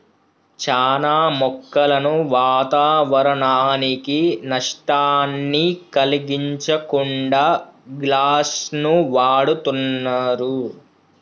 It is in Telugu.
చానా మొక్కలను వాతావరనానికి నష్టాన్ని కలిగించకుండా గ్లాస్ను వాడుతున్నరు